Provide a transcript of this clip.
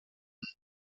und